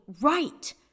right